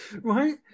right